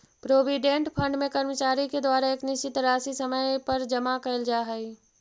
provident fund में कर्मचारि के द्वारा एक निश्चित राशि समय समय पर जमा कैल जा हई